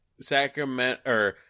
Sacramento